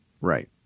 right